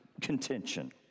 contention